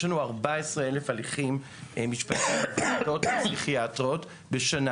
יש לנו 14,000 הליכים משפטיים בוועדות הפסיכיאטריות בשנה